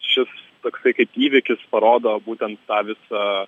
šis toksai kaip įvykis parodo būtent tą visą